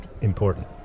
important